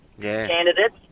candidates